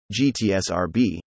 GTSRB